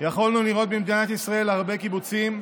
יכולנו לראות במדינת ישראל הרבה קיבוצים,